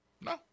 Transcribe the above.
no